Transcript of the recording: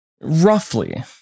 roughly